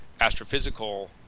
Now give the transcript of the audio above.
astrophysical